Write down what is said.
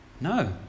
No